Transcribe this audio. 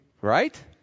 right